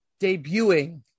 debuting